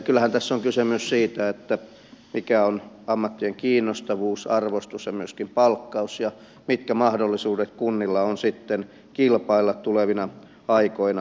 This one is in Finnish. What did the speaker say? kyllähän tässä on kyse myös siitä mikä on ammattien kiinnostavuus arvostus ja myöskin palkkaus ja mitkä mahdollisuudet kunnilla on sitten kilpailla tulevina aikoina työvoimasta